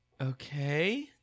Okay